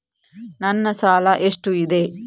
ನನ್ನ ಸಾಲ ಎಷ್ಟು ಇದೆ?